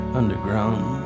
underground